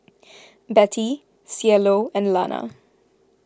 Betty Cielo and Lana